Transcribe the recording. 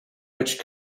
which